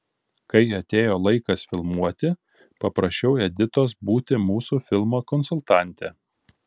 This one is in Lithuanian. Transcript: kai atėjo laikas filmuoti paprašiau editos būti mūsų filmo konsultante